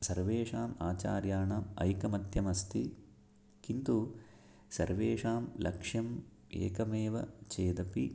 सर्वेषाम् आचार्याणाम् ऐकमत्यमस्ति किन्तु सर्वेषां लक्षम् एकमेव चेदपि